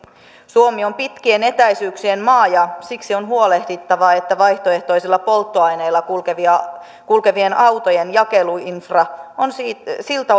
suomi on pitkien etäisyyksien maa ja siksi on huolehdittava että vaihtoehtoisilla polttoaineilla kulkevien autojen jakeluinfra on siltä